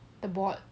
the bot